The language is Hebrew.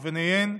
ובהן: